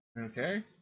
okay